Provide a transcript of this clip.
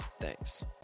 Thanks